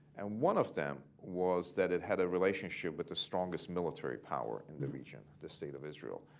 and one of them was that it had a relationship with the strongest military power in the region, the state of israel.